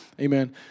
Amen